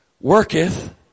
worketh